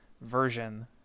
version